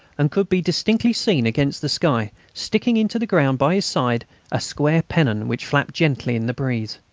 and could be distinctly seen, against the sky, sticking into the ground by his side a square pennon which flapped gently in the breeze.